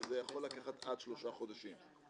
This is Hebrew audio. שזה יכול לקחת עד שלושה חודשים.